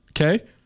Okay